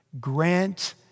Grant